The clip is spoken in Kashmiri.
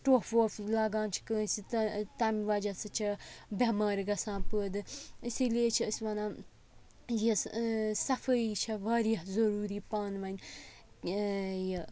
ٹوٚپھ وۄپھ لاگان چھِ کٲنٛسہِ تَمہِ وَجہ سۭتۍ چھِ بٮ۪مارِ گَژھان پٲدٕ اِسی لیے چھِ أسۍ وَنان یۄس صَفٲیی چھےٚ واریاہ ضٔروٗری پانہٕ ؤنۍ یہِ